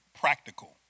practical